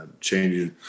changes